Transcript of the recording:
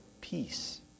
peace